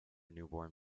newborn